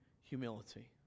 humility